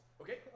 Okay